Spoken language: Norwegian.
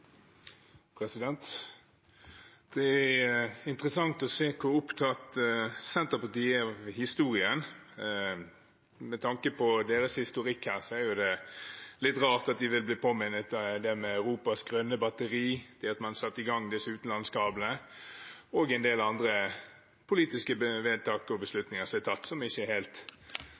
Det er interessant å se hvor opptatt Senterpartiet er av historien. Med tanke på deres historikk her, er det litt rart at de vil bli påminnet om det med Europas grønne batteri, det at man satte i gang disse utenlandskablene og en del andre politiske vedtak og beslutninger som er tatt som ikke er helt